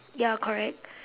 ya correct